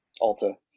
Alta